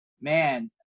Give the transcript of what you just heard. man